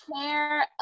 care